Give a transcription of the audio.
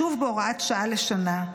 שוב בהוראת שעה לשנה,